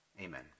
amen